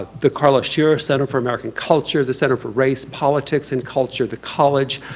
the karla scherer center for american culture, the center for race, politics, and culture, the college,